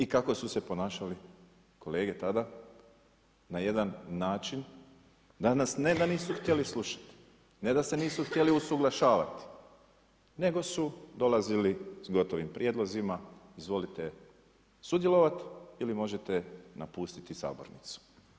I kako su se ponašali kolege tada, da nas ne da nisu htjeli slušati, ne da se nisu htjeli usuglašavat nego su dolazili s gotovim prijedlozima, izvolite sudjelovati ili možete napustiti sabornicu.